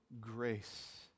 grace